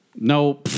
No